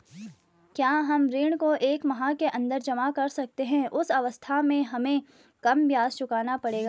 क्या हम ऋण को एक माह के अन्दर जमा कर सकते हैं उस अवस्था में हमें कम ब्याज चुकाना पड़ेगा?